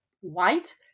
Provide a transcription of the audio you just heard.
white